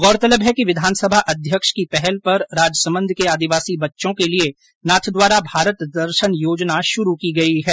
गौरतलब है कि विधानसभा अध्यक्ष की पहल पर राजसमन्द के आदिवासी बच्चों के लिए नाथद्वारा भारत दर्शन योजना आरम्भ की गई है